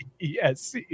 Yes